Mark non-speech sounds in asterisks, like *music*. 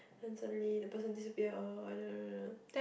then suddenly the person disappear uh *noise*